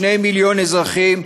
2 מיליוני אזרחים,